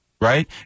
Right